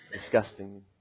disgusting